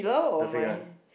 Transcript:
the fake one